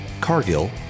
Cargill